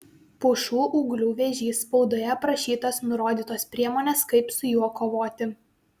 pušų ūglių vėžys spaudoje aprašytas nurodytos priemonės kaip su juo kovoti